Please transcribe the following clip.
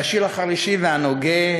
/ והשיר החרישי והנוגה,